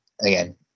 again